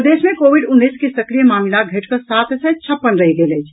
प्रदेश मे कोविड उन्नैस के सक्रिय मामिला घटि कऽ सात सय छप्पन रहि गेल अछि